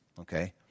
okay